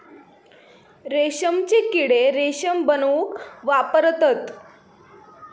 रेशमचे किडे रेशम बनवूक वापरतत